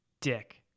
dick